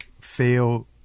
fail